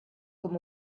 com